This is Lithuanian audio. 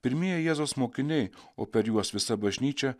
pirmieji jėzaus mokiniai o per juos visa bažnyčia